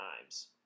times